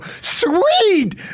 Sweet